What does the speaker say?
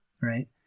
Right